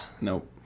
Nope